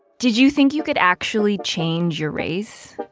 did you think you could actually change your race?